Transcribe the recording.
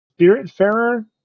Spiritfarer